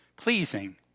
Pleasing